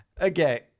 Okay